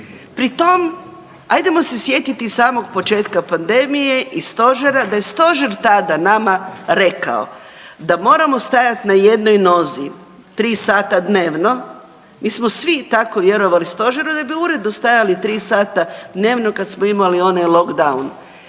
Pri tom, ajdemo se sjetiti samog početka pandemije i Stožera, da je Stožer tada nama rekao, da moramo stajati na jednoj nozi, 3 sata dnevno, mi smo svi tako vjerovali Stožeru da bi uredno stajali 3 sata dnevno kad smo imali onaj lockdown.